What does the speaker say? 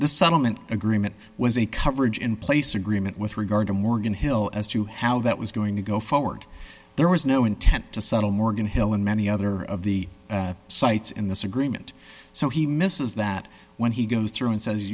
the settlement agreement was a coverage in place agreement with regard to morgan hill as to how that was going to go forward there was no intent to settle morgan hill in many other of the sites in this agreement so he misses that when he goes through and says